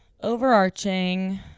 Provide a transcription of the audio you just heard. Overarching